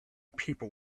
people